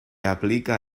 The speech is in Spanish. aplica